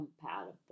compatible